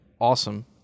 awesome